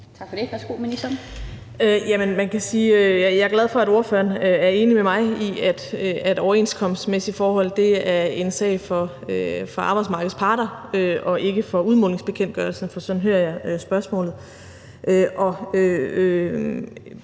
Jeg er glad for, at ordføreren er enig med mig i, at overenskomstmæssige forhold er en sag for arbejdsmarkedets parter og ikke har med udmålingsbekendtgørelsen